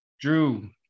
Drew